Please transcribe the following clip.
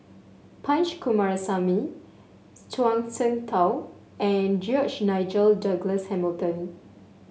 Punch Coomaraswamy Zhuang Shengtao and George Nigel Douglas Hamilton